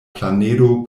planedo